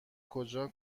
کجا